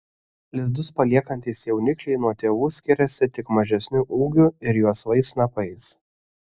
lizdus paliekantys jaunikliai nuo tėvų skiriasi tik mažesniu ūgiu ir juosvais snapais